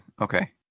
okay